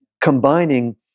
combining